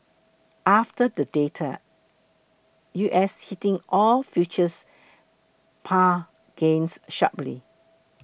after the data U S heating oil futures pare gains sharply